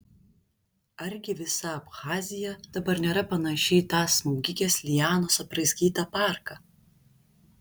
argi visa abchazija dabar nėra panaši į tą smaugikės lianos apraizgytą parką